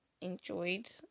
enjoyed